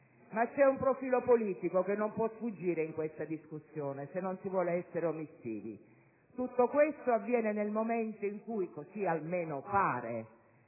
C'è un profilo politico che non può sfuggire in questa discussione se non si vuole essere omissivi: tutto questo avviene nel momento in cui - così almeno pare